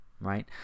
right